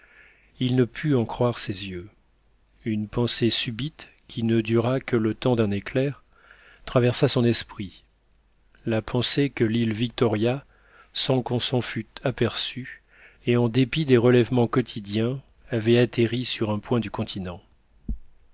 il ne put en croire ses yeux une pensée subite qui ne dura que le temps d'un éclair traversa son esprit la pensée que l'île victoria sans qu'on s'en fût aperçu et en dépit des relèvements quotidiens avait atterri sur un point du continent